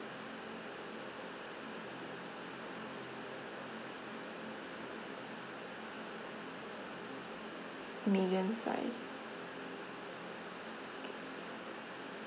medium size